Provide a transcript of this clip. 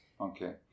Okay